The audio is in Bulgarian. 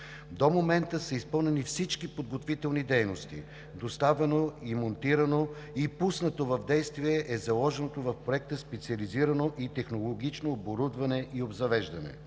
До момента са изпълнени всички подготвителни дейности – доставено, монтирано, и пуснато в действие е заложеното в Проекта специализирано и технологично оборудване, и обзавеждане.